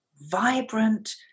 vibrant